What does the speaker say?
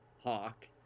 hawk